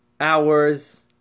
hours